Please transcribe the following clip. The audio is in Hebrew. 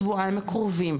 שבועיים הקרובים,